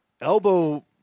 Elbow